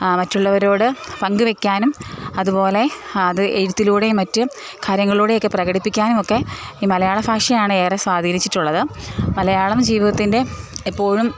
മറ്റുള്ളവരോട് പങ്കുവയ്ക്കാനും അതുപോലെ അത് എഴുത്തിലൂടെയും മറ്റ് കാര്യങ്ങളിലൂടെയൊക്കെ പ്രകടിപ്പിക്കാനും ഒക്കെ ഈ മലയാളഭാഷയാണ് ഏറെ സാധീനിച്ചിട്ടുള്ളത് മലയാളം ജീവിതത്തിൻ്റെ എപ്പോഴും